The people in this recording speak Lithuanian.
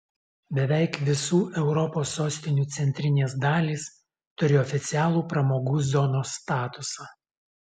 beveik visų europos sostinių centrinės dalys turi oficialų pramogų zonos statusą